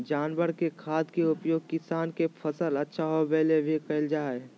जानवर के खाद के उपयोग किसान के फसल अच्छा होबै ले भी कइल जा हइ